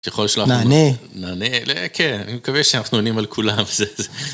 שיכול לשלוח... נענה. נענה, כן, אני מקווה שאנחנו נענים על כולם.